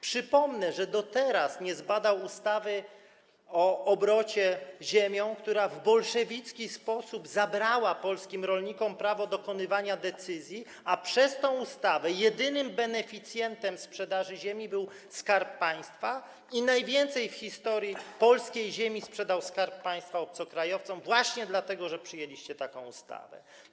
Przypomnę, że do teraz nie zbadał ustawy o obrocie ziemią, która w bolszewicki sposób zabrała polskim rolnikom prawo decyzji, a przez tę ustawę jedynym beneficjentem sprzedaży ziemi był Skarb Państwa i najwięcej w historii polskiej ziemi sprzedał Skarb Państwa obcokrajowcom, właśnie dlatego że przyjęliście taką ustawę.